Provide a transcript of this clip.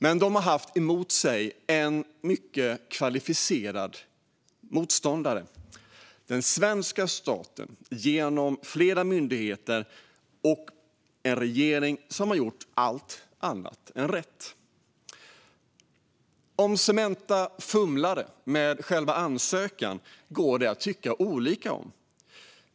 Men de har haft emot sig en mycket kvalificerad motståndare, den svenska staten genom flera myndigheter och en regering som har gjort allt annat än rätt. Huruvida Cementa fumlade med själva ansökan går det att tycka olika om.